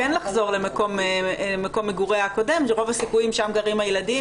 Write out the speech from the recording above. כן לחזור למקום מגוריה הקודם ורוב הסיכויים שם גרים הילדים,